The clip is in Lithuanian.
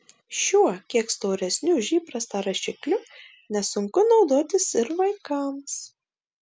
šiuo kiek storesniu už įprastą rašikliu nesunku naudotis ir vaikams